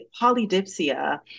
polydipsia